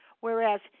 Whereas